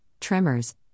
tremors